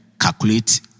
calculate